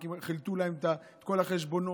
הבנקים חילטו להם את כל החשבונות,